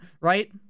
right